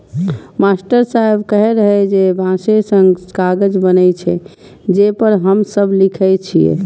master साहेब कहै रहै जे बांसे सं कागज बनै छै, जे पर हम सब लिखै छियै